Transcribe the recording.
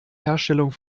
herstellung